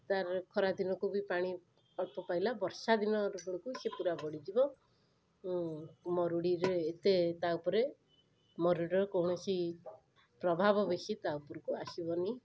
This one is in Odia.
ତାର ଖରାଦିନକୁ ବି ପାଣି ଅଳ୍ପପାଇଲା ବର୍ଷାଦିନବେଳକୁ ସିଏ ପୁରାବଢ଼ିଯିବ ଏ ମରୁଡ଼ିରେ ଏତେ ତାଉପରେ ମରୁଡ଼ିର କୌଣସି ପ୍ରଭାବ ବେଶୀ ତା ଉପରକୁ ଆସିବନି